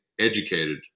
educated